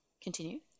continue